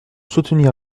soutenir